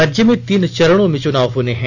राज्य में तीन चरणों में चुनाव होने हैं